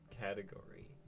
category